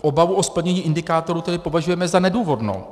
Obavu o splnění indikátorů tedy považujeme za nedůvodnou.